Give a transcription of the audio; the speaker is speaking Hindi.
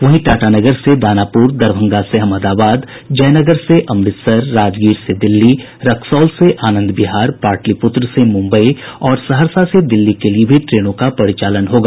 वहीं टाटानगर से दानापुर दरभंगा से अहमदाबाद जयनगर से अमृतसर राजगीर से दिल्ली रक्सौल से आनंद विहार पाटलीपुत्र से मुम्बई और सहरसा से दिल्ली के लिए भी ट्रेनों का परिचालन होगा